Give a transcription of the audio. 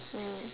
mm